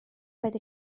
paid